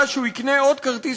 ואז שהוא יקנה עוד כרטיס,